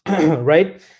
right